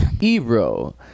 Ebro